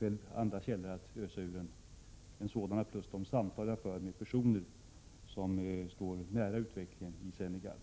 några andra källor att ösa ur än dessa förutom de samtal jag för med personer som står nära utvecklingen i Senegal.